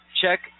check